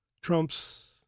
Trump's